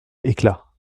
éclat